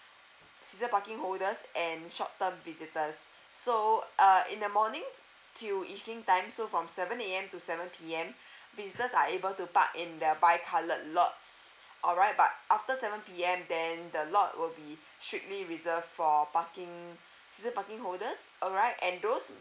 season parking holders and short term visitors so uh in the morning till evening time so from seven A_M to seven P_M visitors are able to park in their buy coloured lots alright but after seven P_M then the lot will be strictly reserved for parking season parking holders alright and those